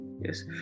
yes